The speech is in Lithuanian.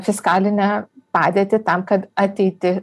fiskalinę padėtį tam kad ateiti